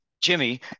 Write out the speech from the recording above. Jimmy